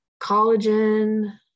Collagen